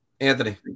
Anthony